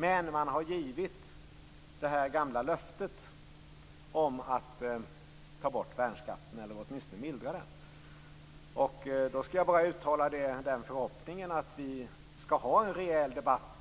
Men man har givit detta gamla löfte om att ta bort värnskatten eller åtminstone att mildra den. Då vill jag bara uttala förhoppningen att vi skall ha en rejäl debatt